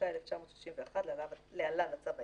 התשכ"א-1961 (להלן - הצו העיקרי)